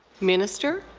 minister.